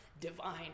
divine